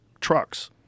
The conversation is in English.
trucks